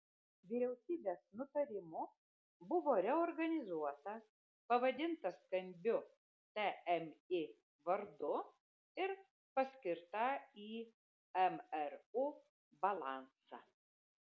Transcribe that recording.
vyriausybės nutarimu buvo reorganizuota pavadinta skambiu tmi vardu ir paskirta į mru balansą